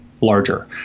larger